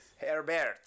Herbert